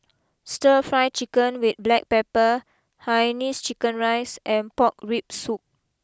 Stir Fry Chicken with Black Pepper Hainanese Chicken Rice and Pork Rib Soup